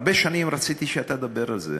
הרבה שנים רציתי שאתה תדבר על זה.